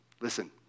Listen